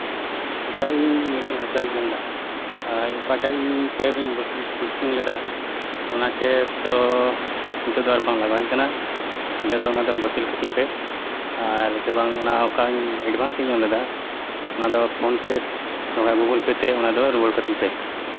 ᱟᱪᱪᱷᱟ ᱤᱧ ᱢᱤᱞᱚᱱ ᱦᱟᱸᱥᱫᱟᱧ ᱢᱮᱱᱮᱫᱟ ᱚᱠᱟᱴᱟᱜ ᱤᱧ ᱠᱮᱵᱽ ᱤᱧ ᱵᱩᱠᱤᱝ ᱞᱮᱫᱟ ᱚᱱᱟ ᱠᱮᱵᱽ ᱫᱚ ᱱᱤᱛᱚᱜ ᱫᱚ ᱟᱨ ᱵᱟᱝ ᱞᱟᱜᱟᱣ ᱤᱧ ᱠᱟᱱᱟ ᱱᱤᱛᱚᱜ ᱫᱚ ᱚᱱᱟ ᱫᱚ ᱵᱟᱹᱛᱤᱞ ᱠᱟᱹᱛᱤᱧ ᱯᱮ ᱟᱨ ᱥᱮ ᱵᱟᱝ ᱚᱠᱟ ᱮᱰᱵᱷᱟᱱᱥ ᱤᱧ ᱮᱢ ᱞᱮᱫᱟ ᱚᱱᱟ ᱫᱚ ᱯᱷᱳᱱ ᱯᱮ ᱵᱟᱝᱠᱷᱟᱡ ᱜᱩᱜᱩᱞ ᱯᱮ ᱛᱮ ᱚᱱᱟᱫᱚ ᱨᱩᱣᱟᱹᱲ ᱠᱟᱹᱛᱤᱧ ᱯᱮ